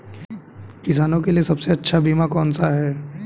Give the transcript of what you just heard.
किसानों के लिए सबसे अच्छा बीमा कौन सा है?